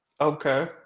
Okay